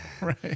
right